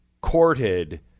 courted